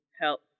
help